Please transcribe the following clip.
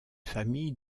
familles